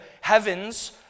heavens